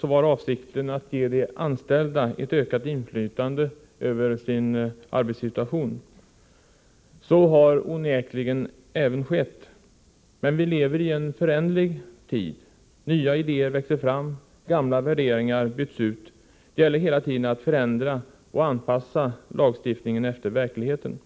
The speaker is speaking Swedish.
var avsikten att ge de anställda ett ökat Onsdagen den inflytande över sin arbetssituation. Så har onekligen även skett. Men vilever — 7 november 1984 i en föränderlig tid. Nya idéer växer fram, gamla värderingar byts ut. Det gäller hela tiden att förändra och anpassa lagstiftningen efter verkligheten.